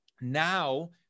now